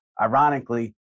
ironically